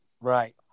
Right